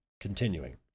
Continuing